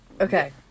Okay